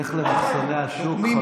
לך למחסני השוק.